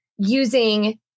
using